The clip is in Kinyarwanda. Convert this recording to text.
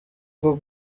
bwo